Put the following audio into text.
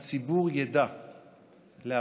הציבור ידע להבחין